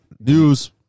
news